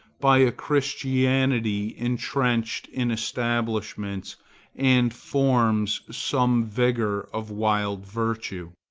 by a christianity entrenched in establishments and forms some vigor of wild virtue.